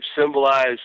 symbolize